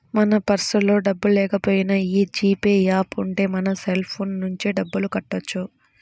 మన పర్సులో డబ్బుల్లేకపోయినా యీ జీ పే యాప్ ఉంటే మన సెల్ ఫోన్ నుంచే డబ్బులు కట్టొచ్చు